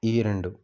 ఈ రెండు